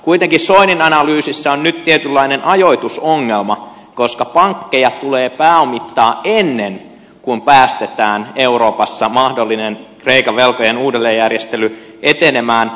kuitenkin soinin analyysissa on nyt tietynlainen ajoitusongelma koska pankkeja tulee pääomittaa ennen kuin päästetään euroopassa mahdollinen kreikan velkojen uudelleenjärjestely etenemään